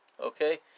Okay